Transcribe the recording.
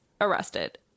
arrested